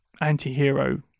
anti-hero